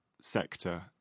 sector